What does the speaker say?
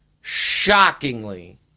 shockingly